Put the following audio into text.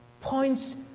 points